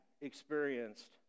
experienced